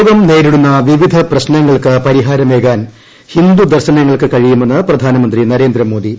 ലോകം നേരിടുന്ന വിവിധ പ്രശ്നങ്ങൾക്ക് പരിഹാരമേകാൻ ഹിന്ദു ദർശനങ്ങൾക്ക് കഴിയുമെന്ന് പ്രധാനമന്ത്രി നരേന്ദ്രമോദി